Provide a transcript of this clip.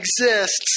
exists